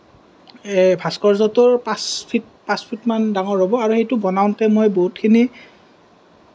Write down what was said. ভাস্কৰ্য্য়টো পাঁচ ফিট পাঁচ ফিটমান ডাঙৰ হ'ব আৰু সেইটো বনাওঁতে মোৰ বহুতখিনি